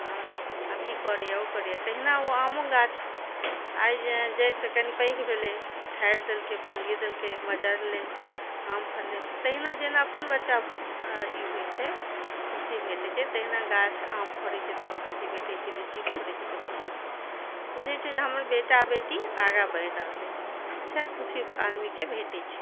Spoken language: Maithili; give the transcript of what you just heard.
हँ आब ई करैया ओ करैया तहिना ओ आमो गाछ आइ जड़ि सँ कनी पैघ भेलै ठारि देलकै फुनगी देलकै मजरलै आम फरलै तहिना जेना अपन बच्चा ई होइ छै खुशी भेटै छै तहिना गाछ आम फरै छै तऽ लोक खुशी भेटै छै लीची फरै छै त ख़ुशी बुझै छै जे हमर बेटा बेटी आगाँ बढ़ि रहल अछि सएह खुशी आदमी के भेटै छै